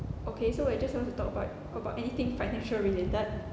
okay so we're just want to talk about about anything financial related